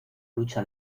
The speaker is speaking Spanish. lucha